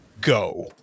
Go